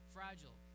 Fragile